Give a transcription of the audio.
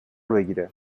بگیره